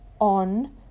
on